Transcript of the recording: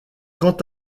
quant